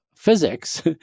physics